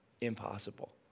Impossible